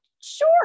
sure